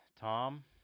Tom